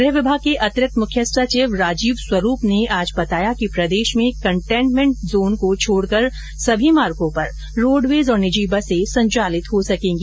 गृह विभाग के अतिरिक्त मुख्य सचिव राजीव स्वरूप ने आज बताया कि प्रदेश में कन्टेन्मेन्ट जोन को छोडकर सभी मार्गो पर रोडवेज और निजी बसे संचालित हो सकेंगी